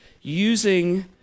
using